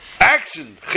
Action